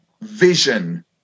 vision